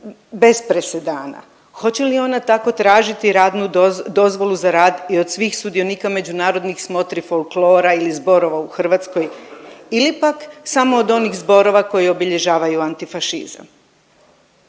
bez presedana? Hoće li ona tako tražiti radnu dozvolu za rad i od svih sudionika međunarodnih smotri folklora ili zborova u Hrvatskoj ili pak samo od onih zborova koji obilježavaju antifašizam?